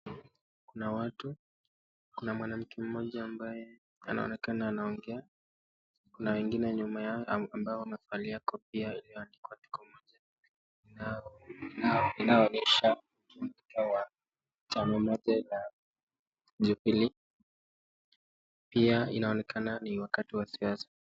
Kuna watu. Kuna mwanamke mmoja ambaye anaonekana anaongea. Kuna wengine nyuma yao ambao wamevalia kofia iliyoandikwa Tuko Moja. Ina inaonyesha ni ya chama moja la Jubilee. Pia inaonekana ni wakati wa siasa.